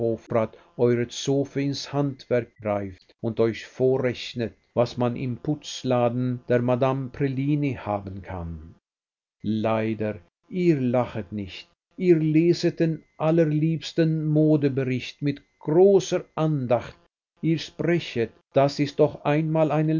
zofe ins handwerk greift und euch vorrechnet was man im putzladen der madame prellini haben kann leider ihr lachet nicht ihr leset den allerliebsten modebericht mit großer andacht ihr sprechet das ist doch einmal eine